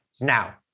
Now